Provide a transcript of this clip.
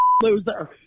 loser